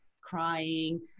crying